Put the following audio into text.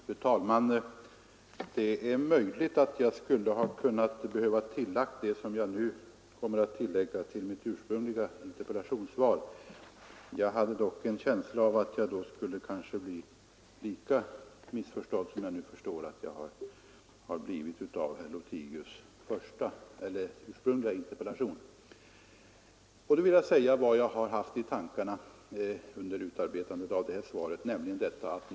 Fru talman! Det är möjligt att jag i mitt ursprungliga svar borde ha lagt till det som jag nu kommer att säga. Jag hade emellertid en känsla av att jag i så fall skulle ha blivit lika missförstådd av herr Lothigius som jag nu tydligen har blivit.